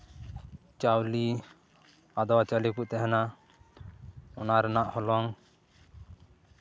ᱪᱟᱣᱞᱮ ᱟᱫᱽᱣᱟ ᱪᱟᱣᱞᱮ ᱠᱚ ᱛᱟᱦᱮᱱᱟ ᱚᱱᱟ ᱨᱮᱱᱟᱜ ᱦᱚᱞᱚᱝ